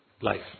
life